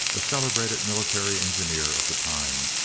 a celebrated military engineer of the time.